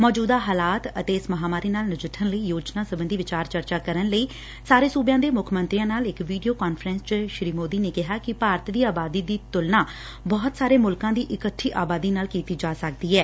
ਮੌਜੁਦਾ ਹਾਲਾਤ ਅਤੇ ਇਸ ਮਹਾਂਮਾਰੀ ਨਾਲ ਨਜਿੱਠਣ ਲਈ ਯੋਜਨਾ ਸਬੰਧੀ ਵਿਚਾਰ ਚਰਚਾ ਕਰਨ ਲਈ ਸਾਰੇ ਸੁਬਿਆਂ ਦੇ ਮੁੱਖ ਮੰਤਰੀਆਂ ਨਾਲ ਇਕ ਵੀਡੀਓ ਕਾਨਫਰੰਸ ਚ ਸ੍ਰੀ ਮੋਦੀ ਨੇ ਕਿਹਾ ਕਿ ਭਾਰਤ ਦੀ ਆਬਾਦੀ ਦੀ ਤੁਲਨਾ ਬਹੁਤ ਸਾਰੇ ਮੁਲਕਾ ਦੀ ਇਕੱਠੀ ਆਬਾਦੀ ਨਾਲ ਕੀਡੀ ਜਾ ਸਕਦੀ ਐ